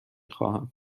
خواهم